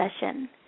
session